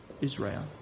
Israel